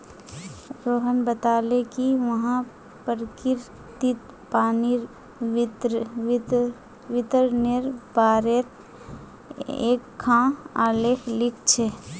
रोहण बताले कि वहैं प्रकिरतित पानीर वितरनेर बारेत एकखाँ आलेख लिख छ